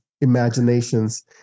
imaginations